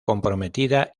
comprometida